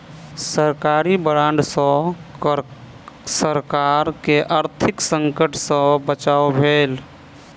सरकारी बांड सॅ सरकार के आर्थिक संकट सॅ बचाव भेल